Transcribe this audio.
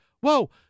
Whoa